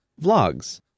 vlogs